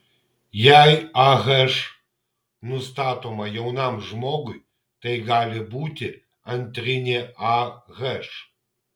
jei ah nustatoma jaunam žmogui tai gali būti antrinė ah